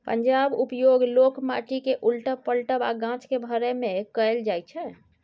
पंजाक उपयोग लोक माटि केँ उलटब, पलटब आ गाछ केँ भरय मे कयल जाइ छै